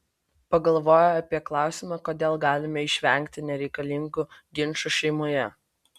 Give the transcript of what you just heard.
pagalvoję apie klausimą kodėl galime išvengti nereikalingų ginčų šeimoje